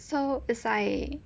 so it's like